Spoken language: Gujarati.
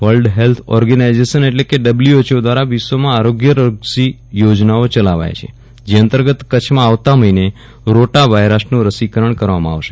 વર્લ્ડ હેલ્થ ઓર્ગેનાઈઝેશન એટલે કે ડબલ્યુ એચ ઓ દ્વારા વિશ્વમાં આરોગ્યલક્ષી યોજનાઓ ચલાવાય છે જે અંતર્ગત કચ્છમાં આવતા મહિને રોટા વાયરસનું રસીકરણ કરવામાં આવશે